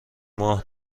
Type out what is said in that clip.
ماه